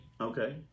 Okay